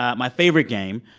ah my favorite game,